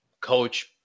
coach